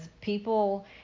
people